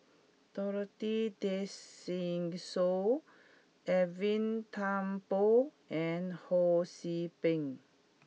Dorothy Tessensohn Edwin Thumboo and Ho See Beng